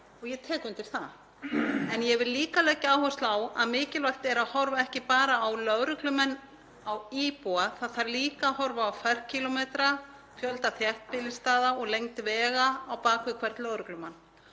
og ég tek undir það. En ég vil líka leggja áherslu á að mikilvægt er að horfa ekki bara á lögreglumenn á íbúa. Það þarf líka að horfa á ferkílómetra, fjölda þéttbýlisstaða og lengd vega á bak við hvern lögreglumann